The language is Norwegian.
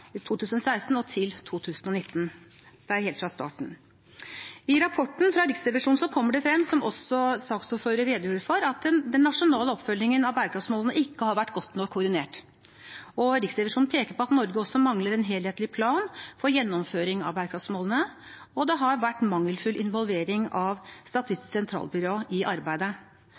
2016, og til 2019. Det er helt fra starten. I rapporten fra Riksrevisjonen kommer det frem, som også saksordføreren redegjorde for, at den nasjonale oppfølgingen av bærekraftsmålene ikke har vært godt nok koordinert. Riksrevisjonen peker på at Norge også mangler en helhetlig plan for gjennomføring av bærekraftsmålene, og det har vært mangelfull involvering av Statistisk sentralbyrå i arbeidet.